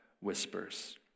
whispers